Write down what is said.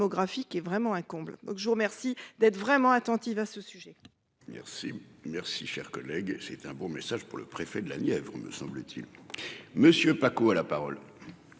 démographique est vraiment un comble. Je vous remercie d'être vraiment attentive à ce sujet. Merci, merci, cher collègue, c'est un beau message pour le préfet de la Nièvre, me semble-t-il. Monsieur Pacaud à la parole.--